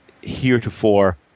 heretofore